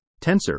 tensor